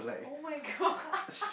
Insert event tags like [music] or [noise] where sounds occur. [oh]-my-god [laughs]